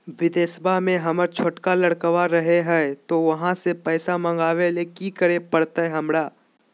बिदेशवा में हमर छोटका लडकवा रहे हय तो वहाँ से पैसा मगाबे ले कि करे परते हमरा?